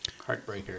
Heartbreaker